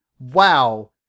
Wow